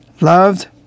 loved